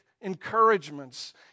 encouragements